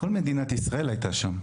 כל מדינת ישראל הייתה שם.